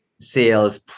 Sales